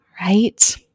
right